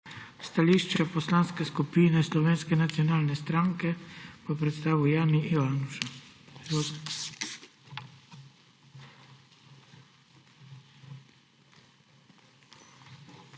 Stališče Poslanske skupine Slovenske nacionalne stranke bo predstavil Jani Ivanuša.